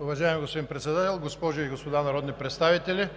Уважаеми господин Председател, госпожи и господа народни представители!